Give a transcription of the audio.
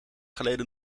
geleden